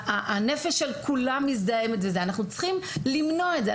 אנחנו צריכים למנוע את זה.